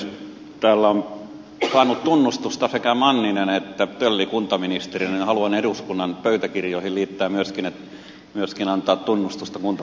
täällä ovat saaneet tunnustusta sekä manninen että tölli kuntaministereinä ja haluan eduskunnan pöytäkirjoihin antaa tunnustusta myöskin kuntaministeri kiviniemelle